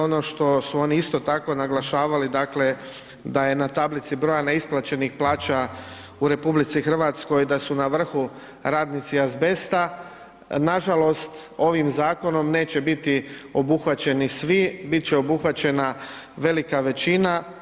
Ono što su oni isto tako naglašavali, dakle da je na tablici broja neisplaćenih plaća u RH da su na vrhu radnici azbesta, nažalost ovim zakonom neće biti obuhvaćeni svi, bit će obuhvaćena velika većina.